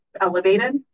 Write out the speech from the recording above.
elevated